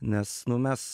nes nu mes